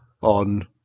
on